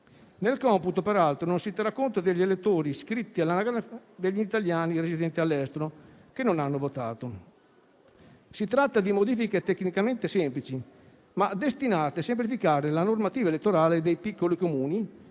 Nel computo, peraltro, non si terrà conto degli elettori iscritti all'anagrafe degli italiani residenti all'estero che non hanno votato. Si tratta di modifiche tecnicamente semplici, ma destinate a semplificare la normativa elettorale dei piccoli Comuni